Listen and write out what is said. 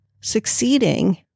succeeding